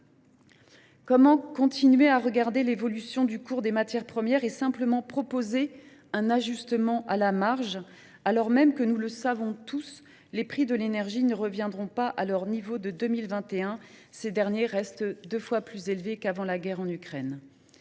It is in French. Comment continuer à regarder l’évolution du cours des matières premières et simplement proposer un ajustement à la marge, alors même que, et nous le savons tous, les prix de l’énergie ne reviendront pas à leur niveau de 2021 – ils restent deux fois plus élevés qu’avant la guerre en Ukraine ?